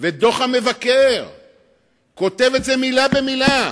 ובדוח המבקר כותב את זה מלה במלה,